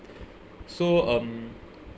so um